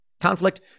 conflict